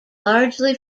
largely